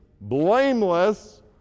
blameless